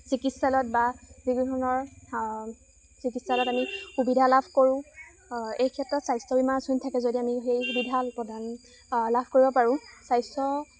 চিকিৎসালয়ত বা যিকোনো ধৰণৰ চিকিৎসালয়ত আমি সুবিধা লাভ কৰোঁ এই ক্ষেত্ৰত স্বাস্থ্য বীমা আঁচনি থাকে যদি আমি সেই সুবিধা প্ৰদান লাভ কৰিব পাৰোঁ স্বাস্থ্য